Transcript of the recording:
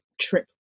trip